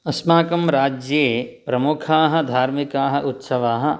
अस्माकं राज्ये प्रमुखाः धार्मिकाः उत्सवाः